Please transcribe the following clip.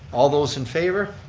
all those in favor,